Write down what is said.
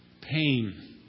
pain